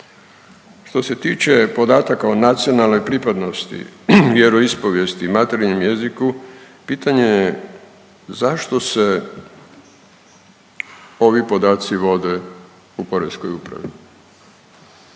Što se tiče podataka o nacionalnoj pripadnosti, vjeroispovijesti i materinjem jeziku, pitanje je zašto se ovi podaci vode u poreskoj upravi